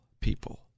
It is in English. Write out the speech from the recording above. people